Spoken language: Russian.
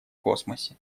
космосе